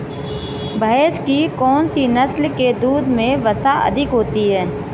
भैंस की कौनसी नस्ल के दूध में वसा अधिक होती है?